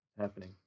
happening